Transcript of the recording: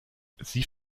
sie